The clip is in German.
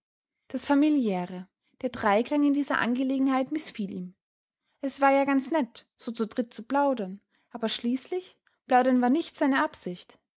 das familiäre der dreiklang in dieser angelegenheit mißfiel ihm es war ja ganz nett so zu dritt zu plaudern aber schließlich plaudern war nicht seine absicht